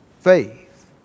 faith